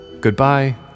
Goodbye